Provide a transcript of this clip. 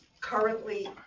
currently